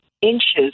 inches